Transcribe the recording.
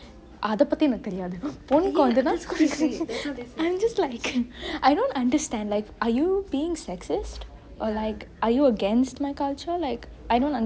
அத பத்தி எனக்கு தெரியாது பொண் கொழந்தனா:athe pathi enaku teriyaathu pon kolenthenaa I'm just like I don't understand like are you being sexist or like are you against my culture I don't understand